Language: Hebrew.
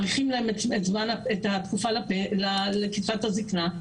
מאריכים להן את התקופה עד לקצבת הזיקנה,